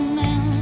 now